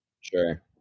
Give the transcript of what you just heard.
Sure